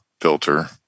filter